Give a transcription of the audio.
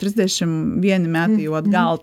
trisdešim vieni man jau atgal